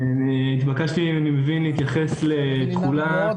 התבקשתי להתייחס לתכולה של חוק